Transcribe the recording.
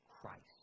Christ